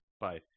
Bye